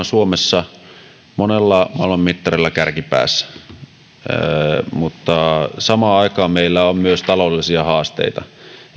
suomessa on monella maailman mittarilla kärkipäässä mutta samaan aikaan meillä on myös taloudellisia haasteita